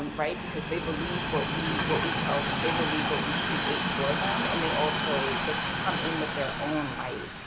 um right, because they believe what we what we tell them. they believe what we create for them, and they also just come in with their own light.